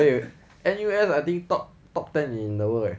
eh N_U_S I think top top ten in the world leh